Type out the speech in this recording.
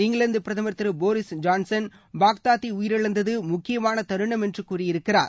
இங்கிலாந்து பிரதமர் திரு Boris Johnson Baghdadi உயிரிழந்தது முக்கயமான தருணம் என்று கூறியிருக்கிறார்